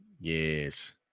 Yes